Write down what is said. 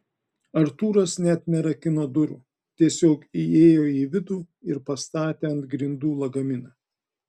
artūras net nerakino durų tiesiog įėjo į vidų ir pastatė ant grindų lagaminą